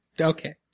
Okay